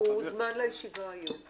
הוא הוזמן לישיבה היום.